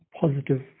positive